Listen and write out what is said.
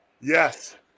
yes